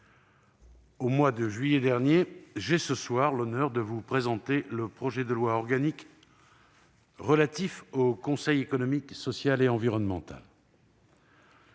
au mois de juillet dernier, j'ai l'honneur de vous présenter ce soir le projet de loi organique relatif au Conseil économique, social et environnemental